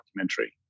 documentary